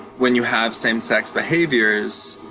when you have same-sex behaviors,